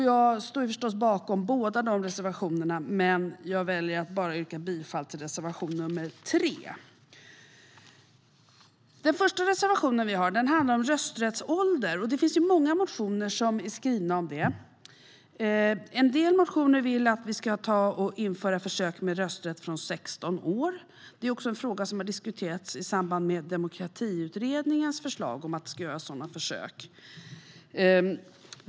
Jag står naturligtvis bakom båda reservationerna, men jag väljer att yrka bifall bara till reservation nr 3. Den första reservationen vi har handlar om rösträttsålder. Det finns många motioner om det. En del motionärer vill att vi ska införa försök med rösträtt från 16 års ålder. Det är också en fråga som har diskuterats i samband med Demokratiutredningens förslag om att det ska göras sådana försök.